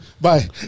Bye